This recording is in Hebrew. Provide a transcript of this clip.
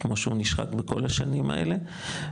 כמו שהוא נשחק בכל השנים האלה.